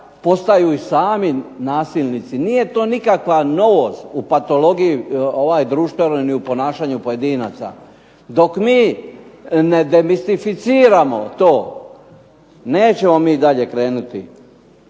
postaju i sami nasilnici. Nije to nikakva novost u patologiji društvenoj ni u ponašanju pojedinca. Dok mi ne demistificiramo to , nećemo mi dalje krenuti.